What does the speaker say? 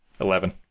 Eleven